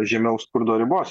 žemiau skurdo ribos